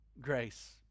Grace